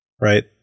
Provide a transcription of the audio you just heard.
right